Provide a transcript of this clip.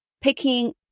picking